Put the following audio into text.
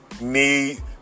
need